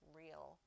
real